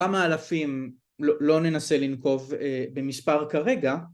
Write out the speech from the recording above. כמה אלפים, לא ננסה לנקוב במספר כרגע